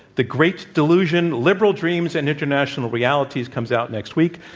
the great delusion liberal dreams and international realities, comes out next week.